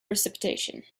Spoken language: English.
precipitation